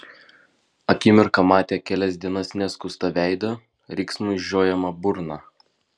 akimirką matė kelias dienas neskustą veidą riksmui žiojamą burną